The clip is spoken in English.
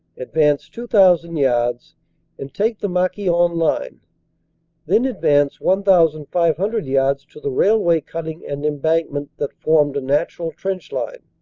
advance two thousand yards and take the marquion line then advance one thousand five hundred yards to the railway cutting and embankment that formed a natural trench line,